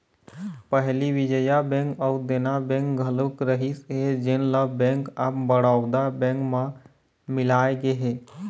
पहली विजया बेंक अउ देना बेंक घलोक रहिस हे जेन ल बेंक ऑफ बड़ौदा बेंक म मिलाय गे हे